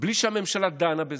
בלי שהממשלה דנה בזה.